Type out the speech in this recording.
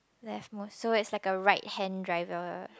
left most so it's like a right hand driver